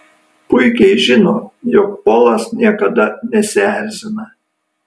puikiai žino jog polas niekada nesierzina